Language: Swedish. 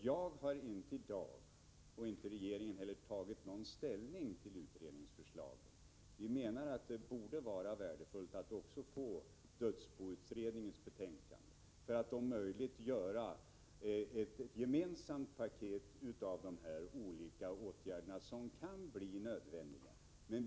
Jag har inte i dag — och inte regeringen heller — tagit ställning till utredningsförslagen. Vi menar att det borde vara värdefullt att också få dödsboutredningens betänkande, för att om möjligt göra ett gemensamt paket av de olika åtgärder som kan bli nödvändiga.